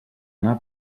anar